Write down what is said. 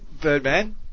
Birdman